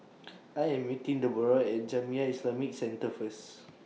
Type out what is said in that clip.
I Am meeting Deborrah At Jamiyah Islamic Centre First